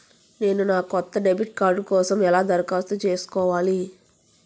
నేను నా కొత్త డెబిట్ కార్డ్ కోసం ఎలా దరఖాస్తు చేసుకోవాలి?